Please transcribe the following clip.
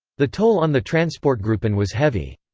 the toll on the transportgruppen was heavy.